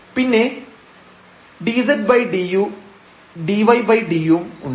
പിന്നെ ∂z ∂u ഉം ∂y ∂u യും ഉണ്ട്